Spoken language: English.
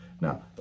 Now